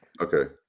Okay